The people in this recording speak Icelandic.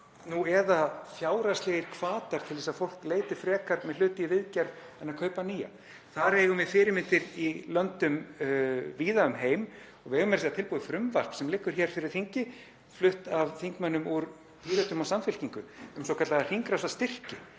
Nú eða fjárhagslegir hvatar til þess að fólk leiti frekar með hluti í viðgerð en að kaupa nýja. Þar eigum við fyrirmyndir í löndum víða um heim og við eigum meira að segja tilbúið frumvarp sem liggur hér fyrir þingi, flutt af þingmönnum úr Pírötum og Samfylkingu, um svokallaða hringrásarstyrki